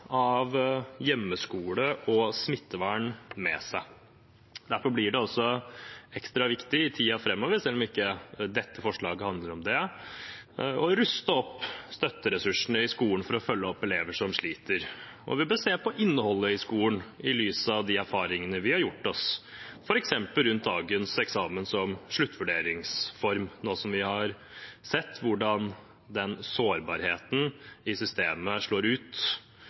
av hjemmeskole og smittevern med seg. Derfor blir det også ekstra viktig i tiden framover – selv om ikke dette forslaget handler om det – å ruste opp støtteressursene i skolen for å følge opp elever som sliter. Og vi bør se på innholdet i skolen i lys av de erfaringene vi har gjort oss, f.eks. rundt dagens eksamen som sluttvurderingsform, nå som vi gjennom pandemien har sett hvordan den sårbarheten i systemet slår ut.